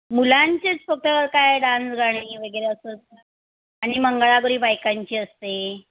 मुलांचेच फक्त काय डान्स गाणी बगैरे असंच आणि मंगळागौरी बायकांची असते